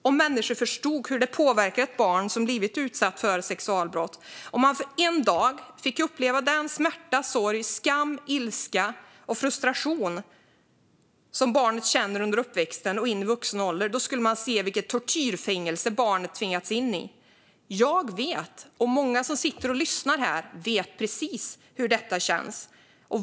Om människor förstod hur det påverkar ett barn som har blivit utsatt för sexualbrott - om man för en dag fick uppleva den smärta, sorg, skam, ilska och frustration som barnet känner under uppväxten och in i vuxen ålder - skulle man se vilket tortyrfängelse barnet tvingats in i. Jag vet, och många som sitter och lyssnar här vet, precis hur detta känns.